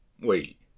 Wait